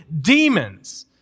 demons